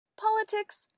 Politics